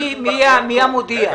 מי המודיע?